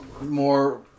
more